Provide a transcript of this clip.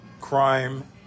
crime